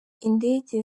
indege